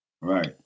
Right